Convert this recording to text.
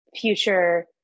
future